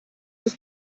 ist